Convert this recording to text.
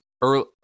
early